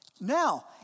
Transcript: Now